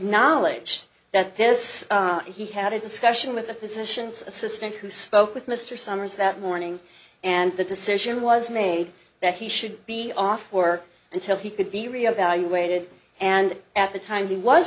acknowledged that this he had a discussion with a physician's assistant who spoke with mr somers that morning and the decision was made that he should be off work until he could be reevaluated and at the time he was